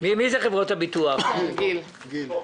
אבל יש צפי שנראה עוד הצפות ועוד פגיעה בתשתיות וצורך